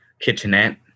kitchenette